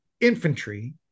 infantry